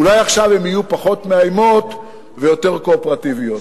אולי עכשיו הן יהיו פחות מאיימות ויותר קואופרטיביות.